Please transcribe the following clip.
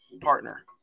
partner